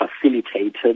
facilitated